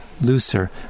looser